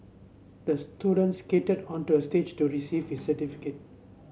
the student skated onto a stage to receive his certificate